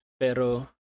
pero